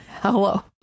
Hello